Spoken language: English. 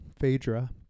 Phaedra